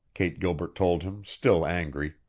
kate gilbert told him, still angry.